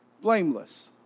blameless